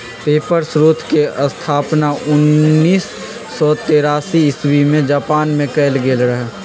paper स्रोतके स्थापना उनइस सौ तेरासी इस्बी में जापान मे कएल गेल रहइ